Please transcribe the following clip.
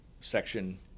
section